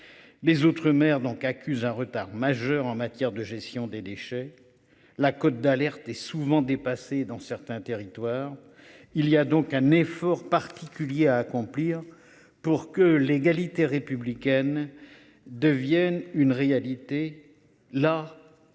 Des Outre-mer donc accuse un retard majeur en matière de gestion des déchets. La cote d'alerte est souvent dépassé dans certains territoires, il y a donc un effort particulier à accomplir pour que l'égalité républicaine devienne une réalité là.